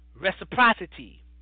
Reciprocity